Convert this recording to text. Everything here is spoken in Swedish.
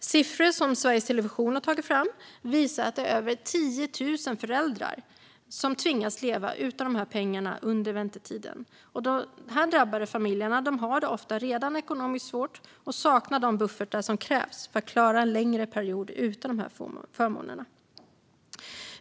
Siffror som Sveriges Television har tagit fram visar att det är över 10 000 föräldrar som tvingas leva utan de här pengarna under väntetiden. De drabbade familjerna har det ofta redan svårt ekonomiskt och saknar de buffertar som krävs för att klara en längre period utan dessa förmåner.